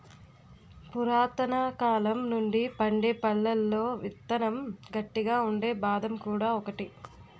పురాతనకాలం నుండి పండే పళ్లలో విత్తనం గట్టిగా ఉండే బాదం కూడా ఒకటి